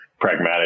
pragmatic